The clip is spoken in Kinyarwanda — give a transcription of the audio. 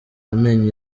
amenyo